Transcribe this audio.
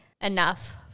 enough